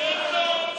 נא לשבת.